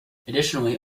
additionally